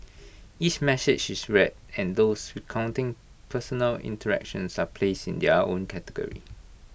each message is read and those recounting personal interactions are placed in their own category